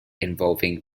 involving